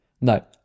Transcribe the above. no